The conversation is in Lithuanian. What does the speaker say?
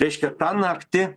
reiškia tą naktį